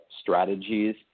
strategies